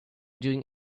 doing